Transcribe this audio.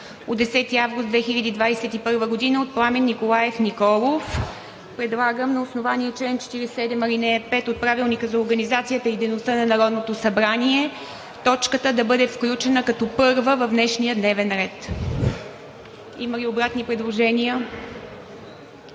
от 10 август 2021 г., от Пламен Николаев Николов. Предлагам на основание чл. 47, ал. 5 от Правилника за организацията и дейността на Народното събрание точката да бъде включена като първа в днешния дневен ред. Има ли обратни предложения?